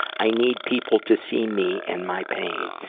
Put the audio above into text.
i need people to see me and my pain.